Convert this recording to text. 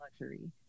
luxury